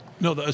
No